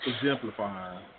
exemplifying